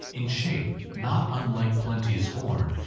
in shape not unlike plenty's horn,